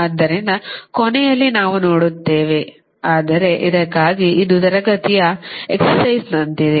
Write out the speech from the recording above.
ಆದ್ದರಿಂದ ಕೊನೆಯಲ್ಲಿ ನಾವು ನೋಡುತ್ತೇವೆ ಆದರೆ ಇದಕ್ಕಾಗಿ ಇದು ತರಗತಿಯ ಎಕ್ಸಸಯ್ಜ್ನಂತಿದೆ